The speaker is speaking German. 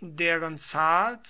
deren zahl